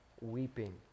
weeping